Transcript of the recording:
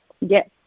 Yes